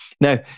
Now